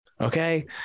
Okay